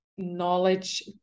knowledge